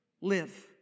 live